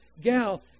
gal